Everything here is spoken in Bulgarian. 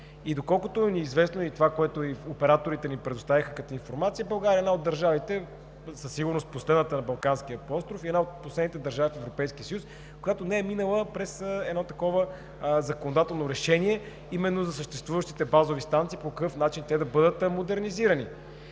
Доколкото ни е известно и това, което операторите ни предоставиха като информация, България е една от държавите, със сигурност последната на Балканския полуостров и една от последните държави в Европейския съюз, която не е минала през такова законодателно решение – именно за съществуващите базови станции, по какъв начин те да бъдат модернизирани.